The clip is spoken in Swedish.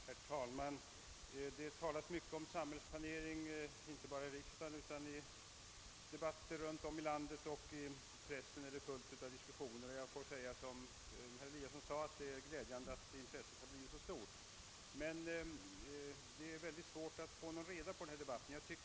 Herr talman! Det talas mycket om samhällsplanering inte bara i riksdagen utan i debatter runt om i landet — i pressen förekommer ständigt diskussioner därom. Jag får säga som herr Eliasson i Sundborn att det är glädjande att intresset har blivit så stort. Det är emellertid svårt att få någon riktig reda i debatten.